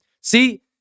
see